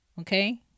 Okay